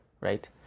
right